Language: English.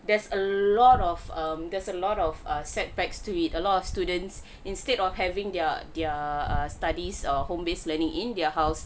there's a lot of um there's a lot of err setbacks to it a lot of students instead of having their their err studies or home base learning in their house